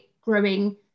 growing